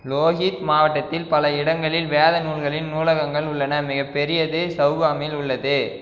லோஹித் மாவட்டத்தில் பல இடங்களில் வேத நூல்களின் நூலகங்கள் உள்ளன மிகப்பெரியது சவுகாமில் உள்ளது